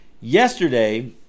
yesterday